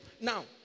Now